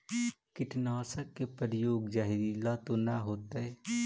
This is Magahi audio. कीटनाशक के प्रयोग, जहरीला तो न होतैय?